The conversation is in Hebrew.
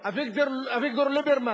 אביגדור ליברמן,